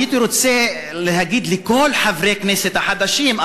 הייתי רוצה להגיד: לכל חברי הכנסת החדשים,